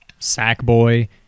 Sackboy